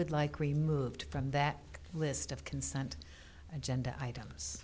would like removed from that list of consent agenda items